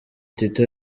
tito